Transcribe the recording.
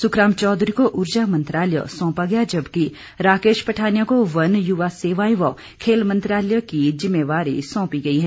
सुखराम चौधरी को ऊर्जा मंत्रालय सौंपा गया जबकि राकेश पठानिया को वन युवा सेवाएं व खेल मंत्रालय की जिम्मेवारी सौंपी गई है